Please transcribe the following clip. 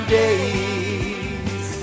days